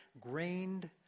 grained